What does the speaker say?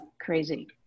crazy